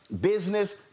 business